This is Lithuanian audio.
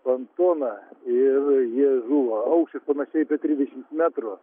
pantoną ir jie žuvo aukštis panašiai apie trisdešims metrų